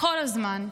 כל הזמן: